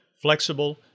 flexible